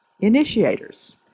initiators